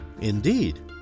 Indeed